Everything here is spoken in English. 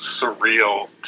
surreal